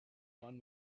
won